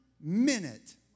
minute